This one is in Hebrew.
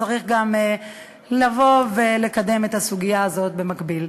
וצריך גם לקדם את הסוגיה הזאת במקביל.